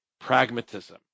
pragmatism